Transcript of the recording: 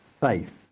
faith